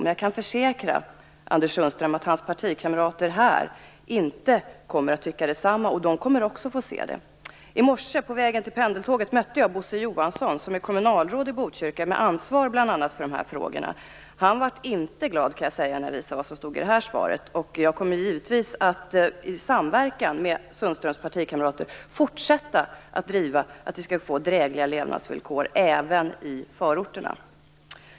Men jag kan försäkra Anders Sundström att hans partikamrater här inte kommer att tycka detsamma - de kommer också att få se svaret. I morse, på väg till pendeltåget, mötte jag Bosse Johansson som är kommunalråd i Botkyrka med ansvar för bl.a. de här frågorna. Han blev inte glad när jag visade vad som stod i det här svaret. Jag kommer givetvis att i samverkan med Sundströms partikamrater fortsätta att driva frågan om att det skall bli drägliga levnadsvillkor även i förorterna.